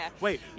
Wait